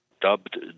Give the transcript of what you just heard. dubbed